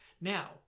Now